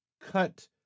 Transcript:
cut